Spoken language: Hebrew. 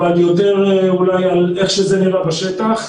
אבל אולי יותר על איך שזה נראה בשטח.